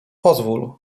pozwól